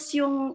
yung